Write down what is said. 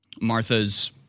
Martha's